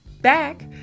back